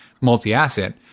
multi-asset